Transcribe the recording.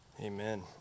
Amen